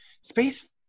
space